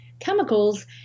chemicals